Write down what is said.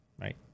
right